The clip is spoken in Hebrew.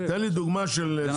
תן לי דוגמה של סניף שלא אישרו.